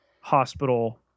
hospital